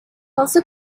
also